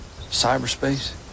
cyberspace